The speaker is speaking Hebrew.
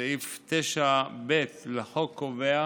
סעיף 9ב לחוק קובע